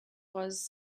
was